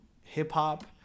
hip-hop